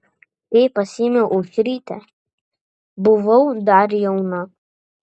kai pasiėmiau aušrytę buvau dar jauna